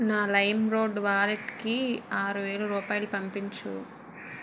నా లైమ్రోడ్ వాలెట్కి ఆరు వేల రూపాయలు పంపించు